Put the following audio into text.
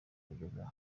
kugeza